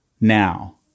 now